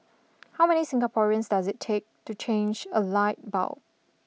how many Singaporeans does it take to change a light bulb